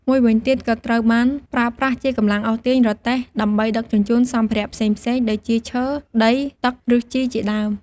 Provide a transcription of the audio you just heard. មួយវីញទៀត ក៏ត្រូវបានប្រើប្រាស់ជាកម្លាំងអូសទាញរទេះដើម្បីដឹកជញ្ជូនសម្ភារៈផ្សេងៗ ដូចជាឈើ ដី ទឹក ឬជីជាដើម។